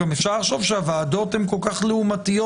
גם אפשר לחשוב שהוועדות הן כל כך לעומתיות